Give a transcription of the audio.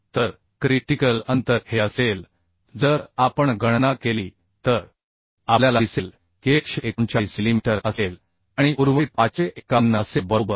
तर गंभीर अंतर हे असेल जर आपण गणना केली तर आपल्याला दिसेल की हे 139 मिलीमीटर असेल आणि उर्वरित 551 असेल बरोबर